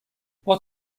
what